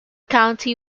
county